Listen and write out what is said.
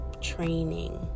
training